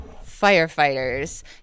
firefighters